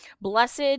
Blessed